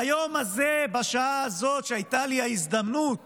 ביום הזה, בשעה הזאת, כשהייתה לי ההזדמנות